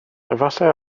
efallai